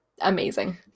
Amazing